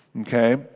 Okay